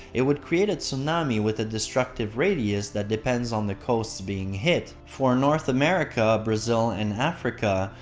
it would create a tsunami with a destructive radius that depends on the coasts being hit. for north america, brazil, and africa,